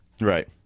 Right